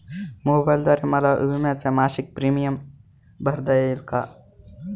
मोबाईलद्वारे मला विम्याचा मासिक प्रीमियम भरता येईल का?